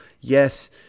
Yes